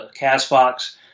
CastBox